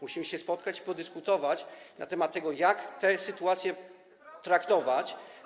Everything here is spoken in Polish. Musimy się spotkać i podyskutować na temat tego, jak te sytuacje traktować.